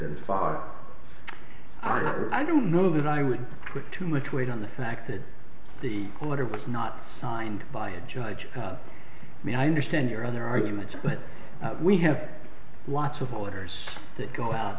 and far i don't know that i would put too much weight on the fact that the letter was not signed by a judge i mean i understand your other arguments but we have lots of orders that